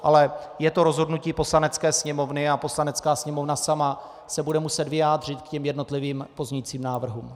Ale je to rozhodnutí Poslanecké sněmovny a Poslanecká sněmovna sama se bude muset vyjádřit k jednotlivým pozměňujícím návrhům.